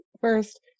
first